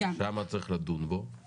אני לא חושב שנכון לקשור בין הדברים.